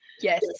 Yes